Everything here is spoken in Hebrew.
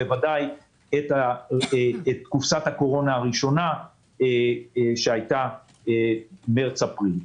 בוודאי את קופסת הקורונה הראשונה שהייתה במרץ אפריל.